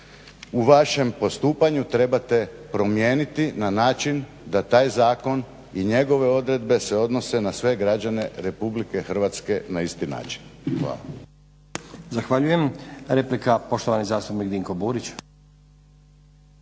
u vašem postupanju trebate promijeniti na način da taj zakon i njegove odredbe se odnose na sve građane RH na isti način. Hvala.